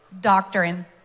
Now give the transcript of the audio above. doctrine